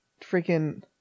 freaking